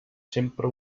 sempre